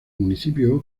municipio